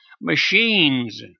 machines